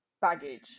baggage